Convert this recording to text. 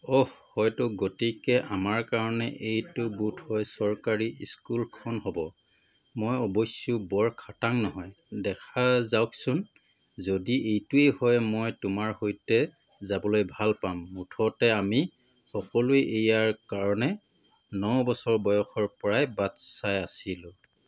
অহ হয়তো গতিকে আমাৰ কাৰণে এইটো বোধহয় চৰকাৰী স্কুলখন হ'ব মই অৱশ্যে বৰ খাটাং নহয় দেখা যাওকচোন যদি এইটোৱেই হয় মই তোমাৰ সৈতে যাবলৈ ভাল পাম মুঠতে আমি সকলোৱেই ইয়াৰ কাৰণে ন বছৰ বয়সৰ পৰাই বাট চাই আছিলোঁ